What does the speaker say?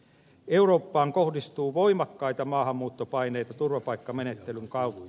eurooppaan kohdistuu voimakkaita maahanmuuttopaineita turvapaikkamenettelyn kautta